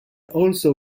also